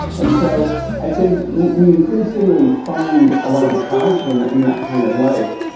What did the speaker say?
and so i think we we increasingly find a lot of attraction in that kind of life,